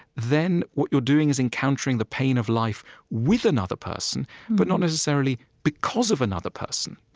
then what you're doing is encountering the pain of life with another person but not necessarily because of another person